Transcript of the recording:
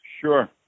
Sure